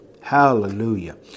Hallelujah